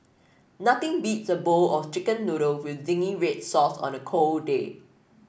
nothing beats a bowl of chicken noodle with zingy red sauce on a cold day